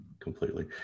completely